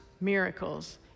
miracles